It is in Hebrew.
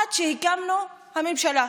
עד שהקמנו את הממשלה,